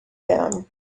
them